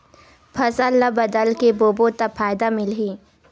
फसल ल बदल के बोबो त फ़ायदा मिलही?